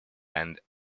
and